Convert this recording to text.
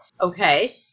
Okay